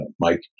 mike